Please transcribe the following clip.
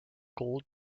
gold